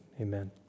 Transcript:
amen